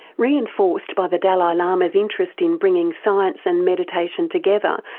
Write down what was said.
reinforced by the dalai lama's interest in bringing science and meditation together,